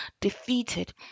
defeated